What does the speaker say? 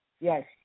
Yes